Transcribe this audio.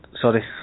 Sorry